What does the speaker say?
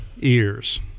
ears